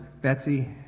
Betsy